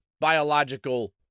biological